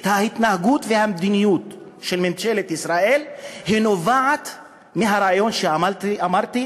ההתנהגות והמדיניות של ממשלת ישראל נובעות מהרעיון שאמרתי,